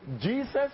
Jesus